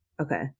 Okay